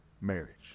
marriage